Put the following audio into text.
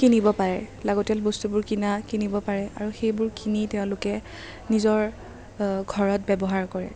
কিনিব পাৰে লাগতিয়াল বস্তুবোৰ কিনা কিনিব পাৰে আৰু সেইবোৰ কিনি তেওঁলোকে নিজৰ ঘৰত ব্য়ৱহাৰ কৰে